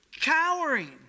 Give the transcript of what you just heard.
cowering